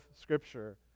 Scripture